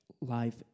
Life